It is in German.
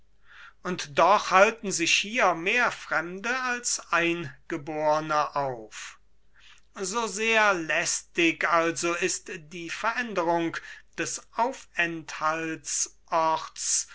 und doch halten sich hier mehr fremde als eingeborne auf so sehr lästig also ist die veränderung des